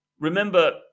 remember